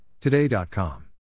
Today.com